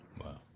Wow